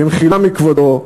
במחילה מכבודו,